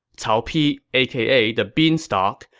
cao pi, aka the beanstalk,